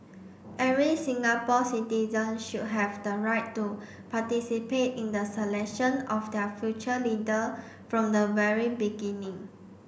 every Singapore citizen should have the right to participate in the selection of their future leader from the very beginning